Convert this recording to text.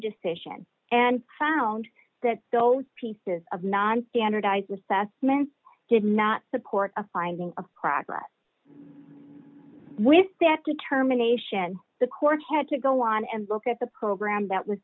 decision and found that those pieces of non standardized assessments did not support a finding of progress with that determination the court had to go on and look at the program that was